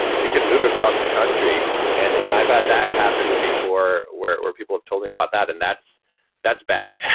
you could move across the country and and i've had that happen before where where people have told me about that, and that's that's bad.